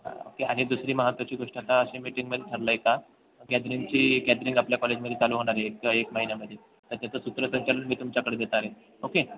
okay आणि दुसरी महत्त्वाची गोष्ट आता अशी मग मीटिंगमध्ये ठरलं आहे का गॅदरिंगची गॅदरिंग आपल्या कॉलेजमध्ये चालू होणार आहे क एक महिन्यामध्ये तर त्याचं सूत्रसंचालन मी तुमच्याकडे देणार आहे ओके